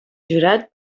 jurat